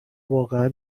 واقعا